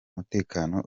umutekano